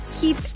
keep